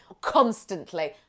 Constantly